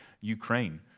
Ukraine